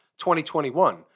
2021